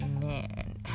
man